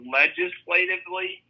legislatively